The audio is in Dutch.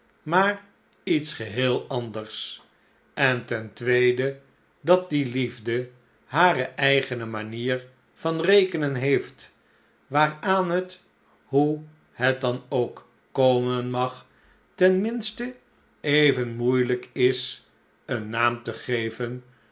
maar iets geheel anders en ten tweede dat die liefde hare eigene manier van rekenen heeft waaraan het hoe het dan ook komen mag ten ip slechte tijden minste even moeielijk is een naam te geven